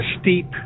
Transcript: steep